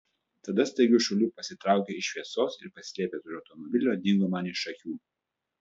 tada staigiu šuoliu pasitraukė iš šviesos ir pasislėpęs už automobilio dingo man iš akių